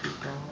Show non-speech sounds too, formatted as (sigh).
(noise)